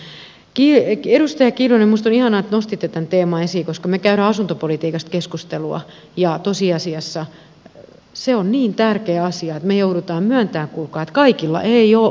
edustaja kiljunen minusta on ihanaa että nostitte tämän teeman esiin koska me käymme asuntopolitiikasta keskustelua ja tosiasiassa se on niin tärkeä asia että me joudumme myöntämään kuulkaa että kaikilla ei ole ovessa nimeä